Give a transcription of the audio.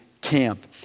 camp